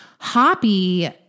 Hoppy